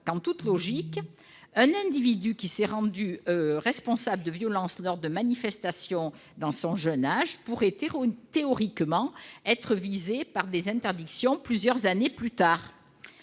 en toute logique, un individu s'étant rendu responsable de violences lors de manifestations dans son jeune âge pourrait théoriquement faire l'objet d'interdictions de manifester plusieurs années plus tard.